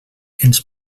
ens